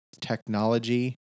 technology